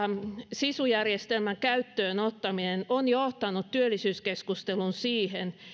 sisu järjestelmän käyttöön ottaminen on johtanut työllisyyskeskustelun siihen